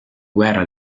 guerra